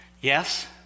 Yes